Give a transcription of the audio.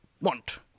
want